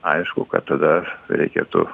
aišku kad tada reikėtų